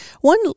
One